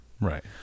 Right